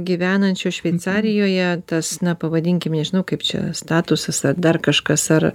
gyvenančio šveicarijoje tas na pavadinkime nežinau kaip čia statusas ar dar kažkas ar